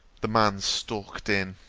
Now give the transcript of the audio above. the man stalked in.